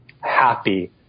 happy